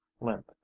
limp